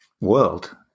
world